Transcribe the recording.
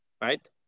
right